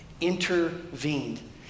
intervened